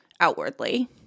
outwardly